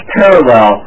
parallel